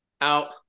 out